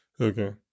Okay